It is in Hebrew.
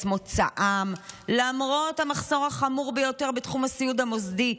מוצאם למרות המחסור החמור ביותר בתחום הסיעוד המוסדי,